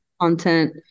content